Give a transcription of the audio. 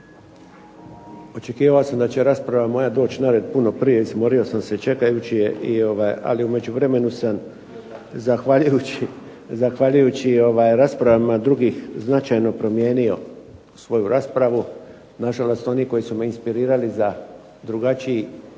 Očekivao sam da će moja rasprava doći na red puno prije. Izmorio sam se čekajući je, ali u međuvremenu sam zahvaljujući raspravama drugih značajno promijenio svoju raspravu. Nažalost, oni koji su me inspirirali za drugačiji